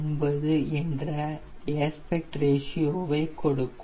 09 என்ற ஏஸ்பெக்ட் ரேஷியோவை கொடுக்கும்